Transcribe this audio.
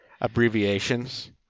abbreviations